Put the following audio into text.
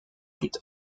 plus